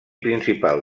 principal